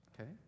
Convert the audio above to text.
okay